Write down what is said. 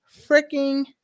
freaking